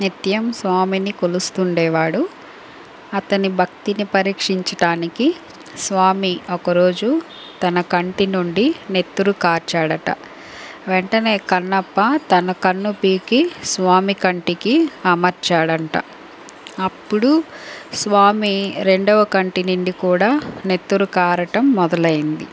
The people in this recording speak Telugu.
నిత్యం స్వామిని కొలుస్తుండేవాడు అతని భక్తిని పరీక్షించటానికి స్వామి ఒకరోజు తన కంటి నుండి నెత్తురు కార్చాడు అట వెంటనే కన్నప్ప తన కన్ను పీకి స్వామి కంటికి అమర్చాడు అంటా అప్పుడు స్వామి రెండవ కంటి నిండి కూడా నెత్తురు కారటం మొదలైంది